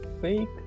Fake